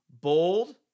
bold